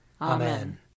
Amen